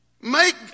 make